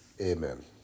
Amen